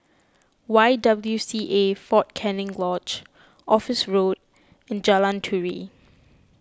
Y W C A fort Canning Lodge Office Road and Jalan Turi